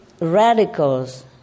radicals